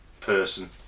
person